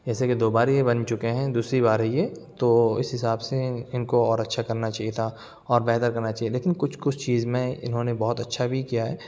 جیسے کہ دو بار یہ بن چکے ہیں دوسری بار ہے یہ تو اس حساب سے ان کو اور اچھا کرنا چاہیے تھا اور بہتر کرنا چاہیے لیکن کچھ کچھ چیز میں انہوں نے بہت اچھا بھی کیا ہے